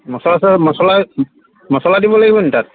মছলা চ মছলা মছলা দিব লাগিব নেকি তাত